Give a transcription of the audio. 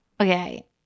Okay